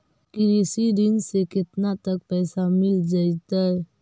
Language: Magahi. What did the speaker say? कृषि ऋण से केतना तक पैसा मिल जइतै?